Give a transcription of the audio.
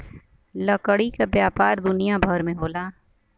लकड़ी क व्यापार दुनिया भर में होला